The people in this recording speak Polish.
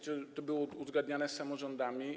Czy to było uzgadniane z samorządami?